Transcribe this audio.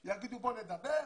יגידו בואו נדבר,